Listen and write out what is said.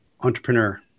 entrepreneur